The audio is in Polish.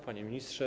Panie Ministrze!